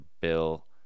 Bill